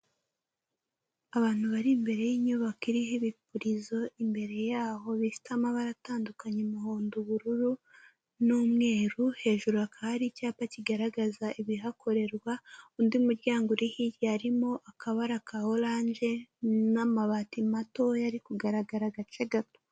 Abantu bari imbere y'inyubako iriho ibipurizo imbere yaho bifite amabara atandukanye umuhondo, ubururu, n'umweru, hejuru hakaba hari icyapa kigaragaza ibihakorerwa, undi muryango uri hirya harimo akabara ka oranje n'amabati matoya ari kugaragara agace gato.